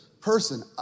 person